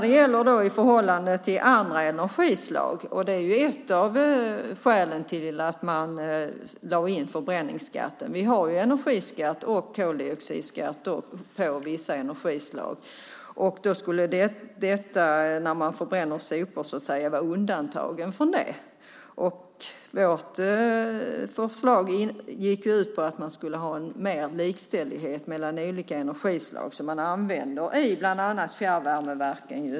Ett av skälen till förbränningsskatten rörde förhållandet mellan energislagen. Vi har energiskatt och koldioxidskatt på vissa energislag, men sopförbränningen skulle vara undantagen från detta. Vårt förslag gick ut på att det skulle vara en större likställighet mellan de olika energislag som används i bland annat fjärrvärmeverken.